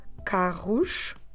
carros